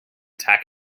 tack